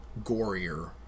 gorier